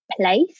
place